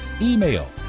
email